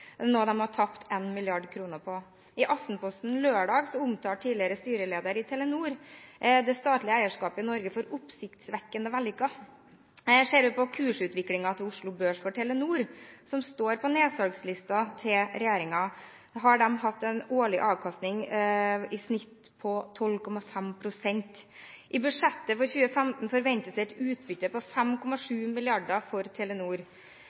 noe man har tapt 1 mrd. kr på. I Aftenposten lørdag omtalte tidligere styreleder i Telenor det statlige eierskapet i Norge som «oppsiktsvekkende vellykket». Ser man på kursutviklingen på Oslo Børs for Telenor, som står på nedsalgslisten til regjeringen, har de hatt en årlig avkastning på i gjennomsnitt 12,5 pst. I budsjettet for 2015 forventes et utbytte på 5,7 mrd. kr for Telenor.